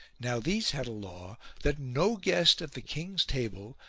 now these had a law that no guest at the king's table,